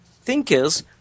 thinkers